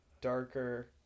darker